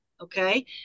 Okay